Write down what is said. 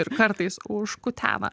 ir kartais užkutena